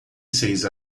seis